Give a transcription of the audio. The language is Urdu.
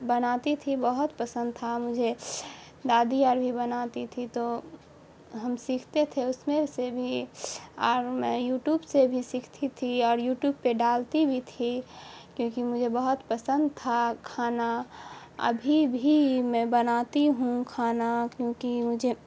بناتی تھی بہت پسند تھا مجھے دادی اور بھی بناتی تھی تو ہم سیکھتے تھے اس میں سے بھی اور میں یوٹوب سے بھی سیکھتی تھی اور یوٹوب پہ ڈالتی بھی تھی کیوںکہ مجھے بہت پسند تھا کھانا ابھی بھی میں بناتی ہوں کھانا کیوںکہ مجھے